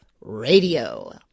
radio